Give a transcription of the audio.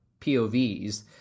POVs